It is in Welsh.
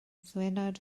ddiwrnod